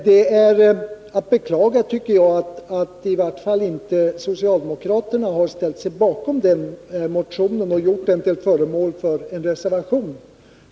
Det är enligt min mening att beklaga att i vart fall inte socialdemokraterna har ställt sig bakom vår motion och gjort den till föremål för en reservation.